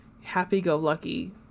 happy-go-lucky